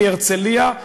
מהרצליה,